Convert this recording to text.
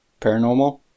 paranormal